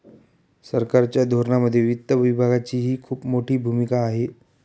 सरकारच्या धोरणांमध्ये वित्त विभागाचीही खूप मोठी भूमिका आहे